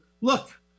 Look